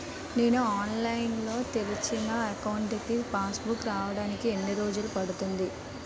నేను ఆన్లైన్ లో తెరిచిన అకౌంట్ కి పాస్ బుక్ రావడానికి ఎన్ని రోజులు పడుతుంది?